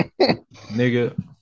nigga